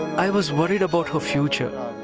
i was worried about her future.